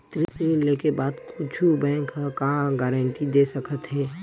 ऋण लेके बाद कुछु बैंक ह का गारेंटी दे सकत हे?